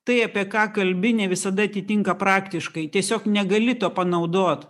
tai apie ką kalbi ne visada atitinka praktiškai tiesiog negali to panaudot